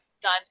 done